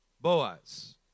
Boaz